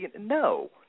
no